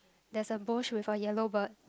there's a bush with a yellow bird